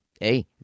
Hey